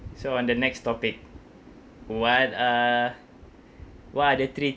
so on the next topic what are what are the three